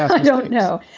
i don't know.